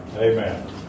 Amen